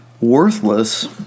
worthless